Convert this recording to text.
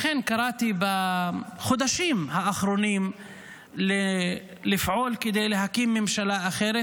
לכן קראתי בחודשים האחרונים לפעול כדי להקים ממשלה אחרת,